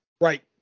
Right